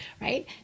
Right